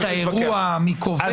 זה מי מנהל את האירוע, מי קובע.